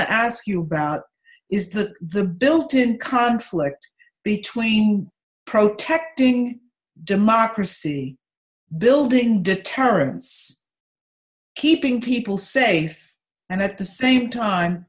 to ask you about is that the built in conflict between protesting democracy building deterrence keeping people safe and at the same time